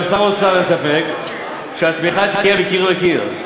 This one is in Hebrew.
גם לשר האוצר אין ספק שהתמיכה תהיה מקיר לקיר.